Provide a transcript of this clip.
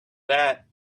that